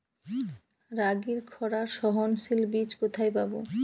রাগির খরা সহনশীল বীজ কোথায় পাবো?